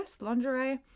Lingerie